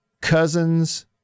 Cousins